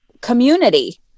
community